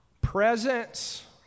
Presence